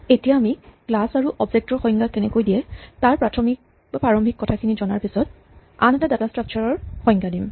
এতিয়া আমি ক্লাচ আৰু অবজেক্ট ৰ সংজ্ঞা কেনেকৈ দিয়ে তাৰ প্ৰাৰম্ভিক কথাখিনি জনাৰ পিছত আন এটা ডাটা স্ট্ৰাক্সাৰ ৰ সংজ্ঞা দিম